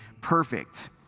perfect